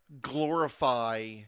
glorify